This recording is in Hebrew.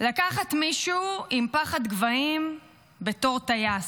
לקחת מישהו עם פחד גבהים בתור טייס,